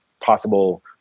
possible